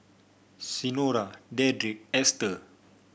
Senora Dedrick Ester